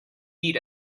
eat